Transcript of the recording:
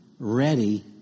ready